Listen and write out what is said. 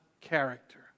character